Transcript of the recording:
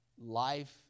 life